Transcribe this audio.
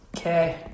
Okay